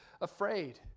afraid